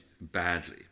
badly